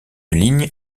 ligne